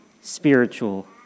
spiritual